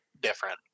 different